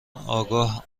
آگاه